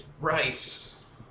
rice